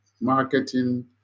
marketing